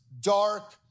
dark